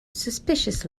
suspicious